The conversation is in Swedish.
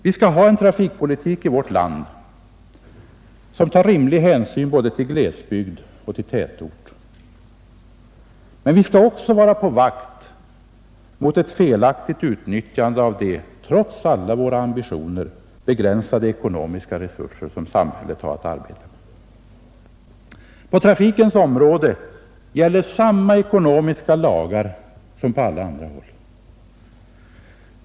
Vi skall ha en trafikpolitik i vårt land som tar rimlig hänsyn både till glesbygd och till tätort, men vi skall också vara på vakt mot ett felaktigt utnyttjande av de trots alla våra ambitioner begränsade ekonomiska resurser som samhället har att arbeta med. På trafikens område gäller samma ekonomiska lagar som på alla andra håll.